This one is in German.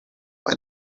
bei